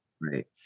Right